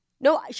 No